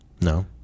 no